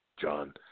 John